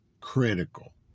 critical